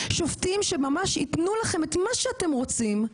שופטים שממש ייתנו לכם את מה שאתם רוצים,